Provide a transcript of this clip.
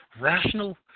Rational